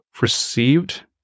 received